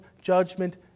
judgment